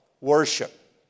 Worship